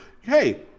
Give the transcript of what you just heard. hey